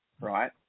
right